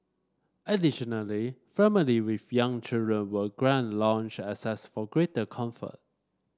additionally family with young children were grant lounge access for greater comfort